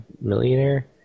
millionaire